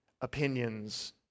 opinions